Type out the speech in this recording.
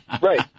right